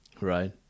right